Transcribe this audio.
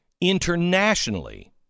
internationally